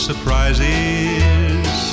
surprises